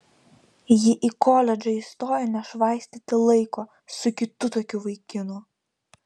ji į koledžą įstojo nešvaistyti laiko su kitu tokiu vaikinu